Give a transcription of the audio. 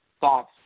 thoughts